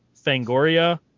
Fangoria